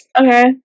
okay